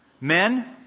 men